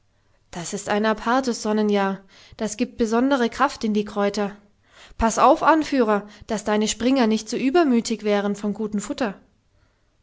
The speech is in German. das ist ein apartes sonnenjahr das gibt besondere kraft in die kräuter paß auf anführer daß deine springer nicht zu übermütig werden vom guten futter